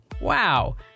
Wow